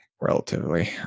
relatively